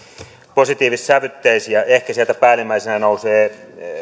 positiivissävytteisiä ehkä sieltä päällimmäisenä nousee